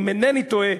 אם אינני טועה,